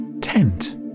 TENT